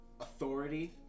authority